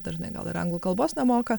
dažnai gal ir anglų kalbos nemoka